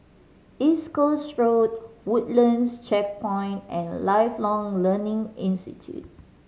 East Coast Road Woodlands Checkpoint and Lifelong Learning Institute